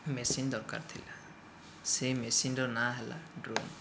machine ଦରକାର ଥିଲା ସେହି ମେସିନ୍ର ନାଁ ହେଲା ଡ୍ରୋନ୍